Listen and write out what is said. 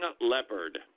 leopard